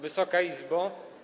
Wysoka Izbo!